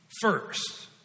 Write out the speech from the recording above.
First